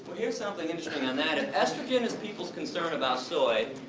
here's something interesting on that if estrogen is people's concern about soy,